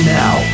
now